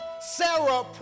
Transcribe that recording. Sarah